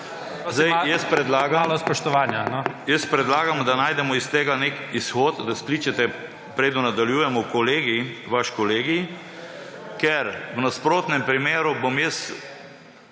NSi): Jaz predlagam, da najdemo iz tega nek izhod, da skličete, preden nadaljujemo, vaš kolegij, ker v nasprotnem primeru me